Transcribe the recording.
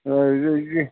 ହୋଇଯାଇଛି